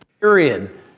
Period